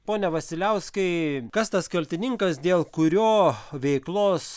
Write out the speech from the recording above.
pone vasiliauskai kas tas kaltininkas dėl kurio veiklos